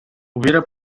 hubiera